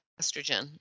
estrogen